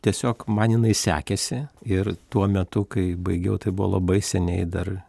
tiesiog man jinai sekėsi ir tuo metu kai baigiau tai buvo labai seniai dar